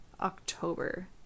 October